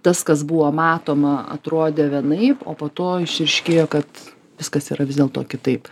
tas kas buvo matoma atrodė vienaip o po to išryškėjo kad viskas yra vis dėlto kitaip